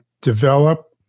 develop